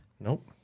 Nope